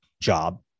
job